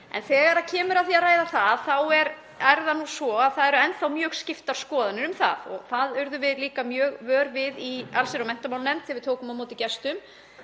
En þegar kemur að því að ræða það er það nú svo að enn þá eru mjög skiptar skoðanir um það. Það urðum við líka mjög vör við í allsherjar- og menntamálanefnd þegar við tókum á móti gestum.